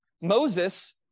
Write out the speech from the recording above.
Moses